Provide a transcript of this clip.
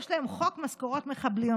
יש להם חוק משכורות מחבלים,